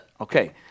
Okay